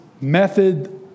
method